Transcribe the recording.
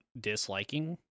disliking